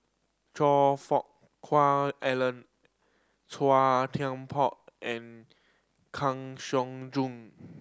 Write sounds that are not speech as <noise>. Choe Fook <unintelligible> Alan Chua Thian Poh and Kang Siong Joo <noise>